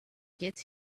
gets